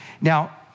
Now